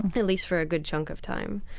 at least for a good chunk of time.